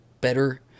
better